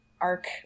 arc